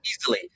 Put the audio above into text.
easily